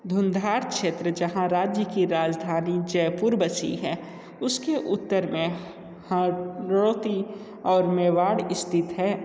धुंधार क्षेत्र जहाँ राज्य की राजधानी जयपुर बसी है उसके उत्तर में हारौती और मेवाड़ स्थित है